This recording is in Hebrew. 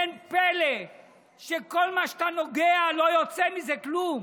אין פלא שכל מה שאתה נוגע, לא יוצא מזה כלום.